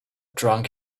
drunk